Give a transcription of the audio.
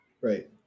Right